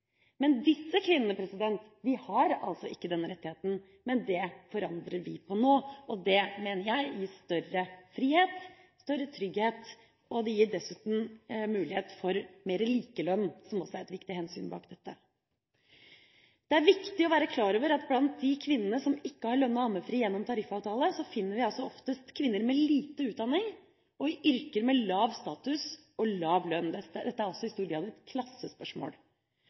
det forandrer vi på nå. Jeg mener det gir større frihet, større trygghet, og det gir dessuten mulighet for mer likelønn, noe som også er et viktig hensyn bak dette. Det er viktig å være klar over at blant de kvinnene som ikke har lønnet ammefri gjennom tariffavtale, finner vi oftest kvinner med lite utdanning og i yrker med lav status og lav lønn. Dette er også i stor grad et klassespørsmål.